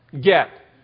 get